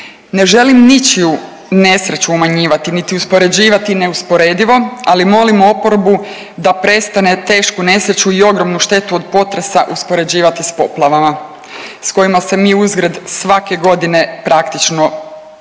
Ne želim ničiju nesreću umanjivati niti uspoređivati neusporedivo, ali molim oporbu da prestane tešku nesreću i ogromnu štetu od potresa uspoređivati s poplavama s kojima se mi uzgred svake godine praktično borimo.